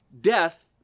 death